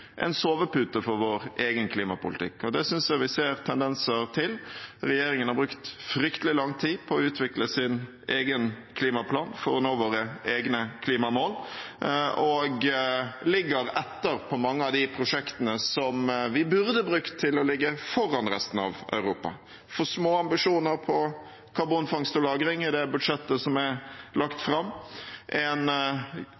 en sovepute for vår egen klimapolitikk. Det synes jeg vi ser tendenser til. Regjeringen har brukt fryktelig lang tid på å utvikle sin egen klimaplan for å nå våre egne klimamål og ligger etter på mange av de prosjektene som vi burde brukt til å ligge foran resten av Europa. Det er for små ambisjoner for karbonfangst og -lagring i det budsjettet som er lagt